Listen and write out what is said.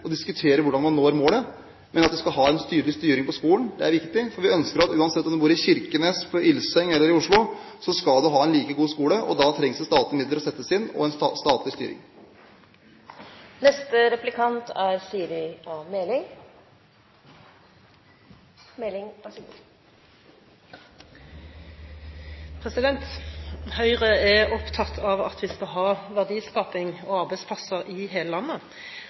å diskutere hvordan man når målet. Men at vi har en tydelig styring på skolen, er viktig. For vi ønsker at uansett hvor du bor – i Kirkenes, på Ilseng eller i Oslo – skal du ha en god skole. Da trengs det statlige midler og en statlig styring. Høyre er opptatt av at vi skal ha verdiskaping og arbeidsplasser i hele landet.